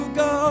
go